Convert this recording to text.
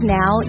now